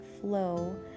flow